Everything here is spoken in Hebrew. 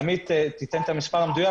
ימית תיתן את המספר המדויק,